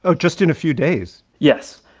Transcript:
ah just in a few days yes.